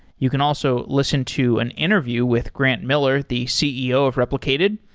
you can also listen to an interview with grant miller, the ceo of replicated,